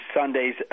Sunday's